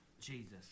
Jesus